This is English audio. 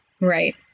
Right